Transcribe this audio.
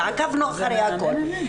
ועקבנו אחרי הכל.